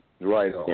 Right